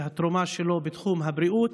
ועל התרומה שלו בתחום הבריאות,